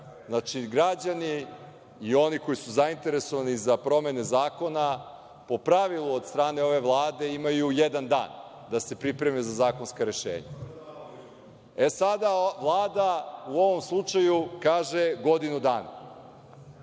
Znači, građani i oni koji su zainteresovani za promene zakona, po pravilu, od strane ove Vlade, imaju jedan dan da se pripreme za zakonska rešenja. Vlada u ovom slučaju kaže – godinu dana.